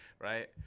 right